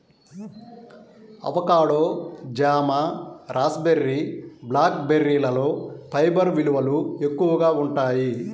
avocado, జామ, raspberry, black బెర్రీలలో fibre విలువలు ఎక్కువగా ఉంటాయి